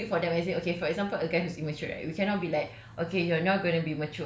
like but we cannot macam do it for them as in for example a guy who is immature right we cannot be like